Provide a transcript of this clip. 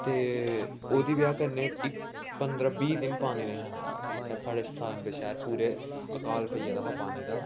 ते ओह्दी बजह् कन्नै कोई पंदरां बीह् दिन पानी निं हा आया इ'त्थें साढ़े साम्बै शैह्र पूरे अकाल पेई गेदा हा पानी दा